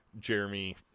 jeremy